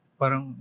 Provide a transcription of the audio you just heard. parang